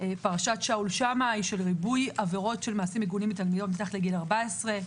- פרשת שאול שמאי של ריבוי עבירות של מעשים מגונים מתחת לגיל 14,